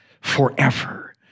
forever